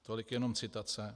Tolik jenom citace.